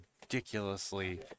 ridiculously